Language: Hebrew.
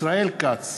ישראל כץ,